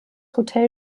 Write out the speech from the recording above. hotel